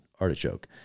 Artichoke